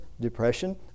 depression